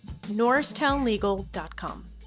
norristownlegal.com